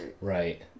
Right